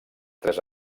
tres